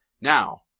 Now